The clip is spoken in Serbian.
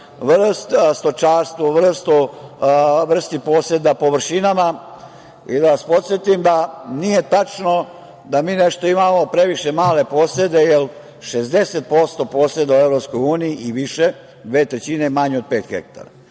stočarstvu, vrsti poseda, površinama. Da vas podsetim da nije tačno da mi nešto imamo previše male posede, jer 60% poseda u EU i više, dve trećine, je manje od pet hektara.